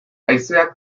haizeak